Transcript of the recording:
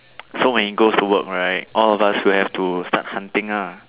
so when he goes to work right all of us will have to start hunting ah